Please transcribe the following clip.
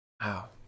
Wow